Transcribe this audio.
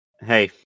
hey